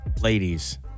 ladies